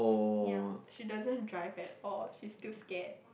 ya she doesn't drive at all she is still scared